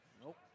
Nope